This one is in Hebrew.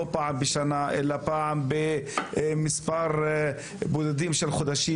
לא פעם בשנה אלא פעם במספר חודשים בודדים,